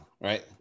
right